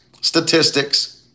statistics